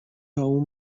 اون